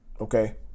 okay